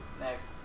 Next